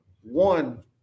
one